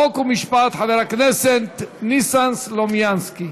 חוק ומשפט חבר הכנסת ניסן סלומינסקי.